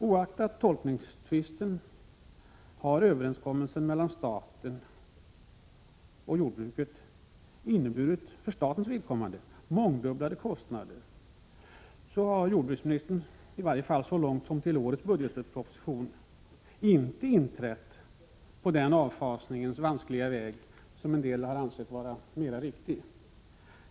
Oaktat tolkningstvisten har överenskommelsen mellan staten och jordbruket för statens vidkommande inneburit mångdubblade kostnader, men jordbruksministern har i varje fall fram till årets budgetproposition inte inträtt på den avfasningens vanskliga väg som en del har ansett vara mera riktig.